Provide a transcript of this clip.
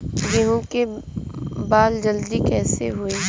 गेहूँ के बाल जल्दी कईसे होई?